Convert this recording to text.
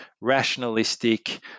rationalistic